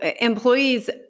employees